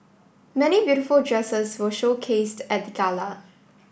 many beautiful dresses were showcased at the gala